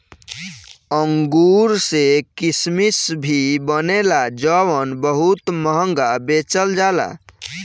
अंगूर से किसमिश भी बनेला जवन बहुत महंगा बेचल जाला